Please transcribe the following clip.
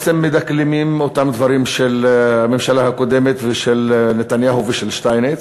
מדקלמים את אותם דברים של הממשלה הקודמת ושל נתניהו ושל שטייניץ,